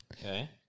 Okay